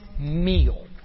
meal